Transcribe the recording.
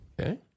Okay